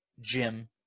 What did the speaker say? Jim